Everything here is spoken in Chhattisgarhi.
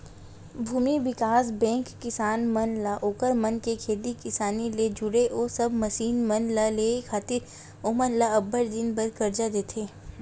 भूमि बिकास बेंक किसान मन ला ओखर मन के खेती किसानी ले जुड़े ओ सब मसीन मन ल लेय खातिर ओमन ल अब्बड़ दिन बर करजा देथे